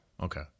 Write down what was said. Okay